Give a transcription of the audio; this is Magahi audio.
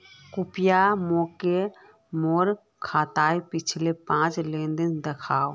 कृप्या मोक मोर खातात पिछला पाँच लेन देन दखा